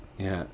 ya